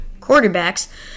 quarterbacks